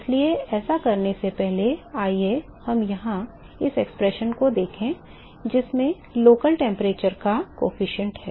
इसलिए ऐसा करने से पहले आइए हम यहां इस व्यंजक को देखें जिसमें स्थानीय तापमान का गुणांक है